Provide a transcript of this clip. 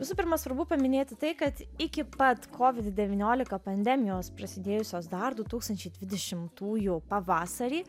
visų pirma svarbu paminėti tai kad iki pat covid devyniolika pandemijos prasidėjusios dar du tūkstančiai dvidešimtųjų pavasarį